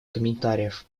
комментариев